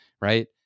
right